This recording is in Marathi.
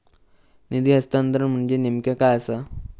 निधी हस्तांतरण म्हणजे नेमक्या काय आसा?